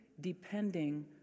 depending